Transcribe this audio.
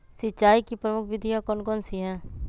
सिंचाई की प्रमुख विधियां कौन कौन सी है?